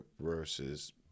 versus